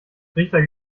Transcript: trichter